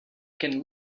can